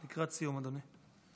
לקראת סיום, אדוני.